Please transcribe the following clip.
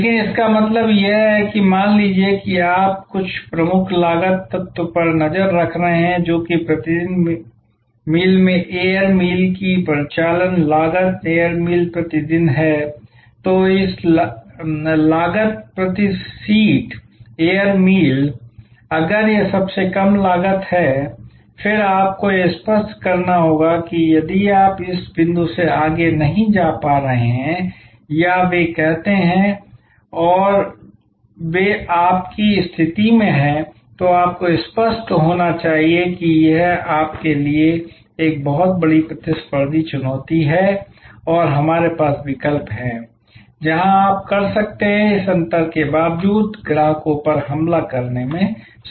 लेकिन इसका मतलब यह है कि मान लीजिए कि आप कुछ प्रमुख लागत तत्व पर नज़र रख रहे हैं जो कि प्रति दिन मील में एयर मील की परिचालन लागत एयर मील प्रति दिन है तो यह लागत प्रति सीट एयर मील अगर यह सबसे कम लागत है फिर आपको यह स्पष्ट करना होगा कि यदि आप इस बिंदु से आगे नहीं जा पा रहे हैं या वे कहते हैं और वे आपकी स्थिति में हैं तो आपको स्पष्ट होना चाहिए कि यह आपके लिए एक बड़ी प्रतिस्पर्धी चुनौती है और हमारे पास विकल्प हैं जहाँ आप कर सकते हैं इस अंतर के बावजूद ग्राहकों पर हमला करने में सक्षम